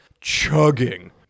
chugging